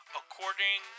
according